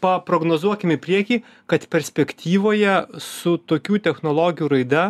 paprognozuokim į priekį kad perspektyvoje su tokių technologijų raida